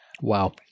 Wow